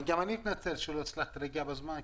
אני מתנצל שלא הצלחתי להגיע לדיון בזמן.